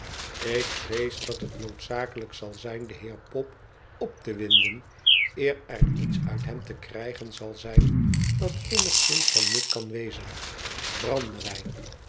ik vrees dat het noodzakelijk zal zijn den heer pop op te winden eer er iets uit hem te krijgen zal zijn dat eenigszins van nut kan wezen brandewijn